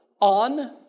on